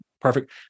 perfect